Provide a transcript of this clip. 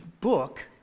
book